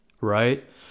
right